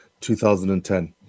2010